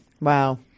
Wow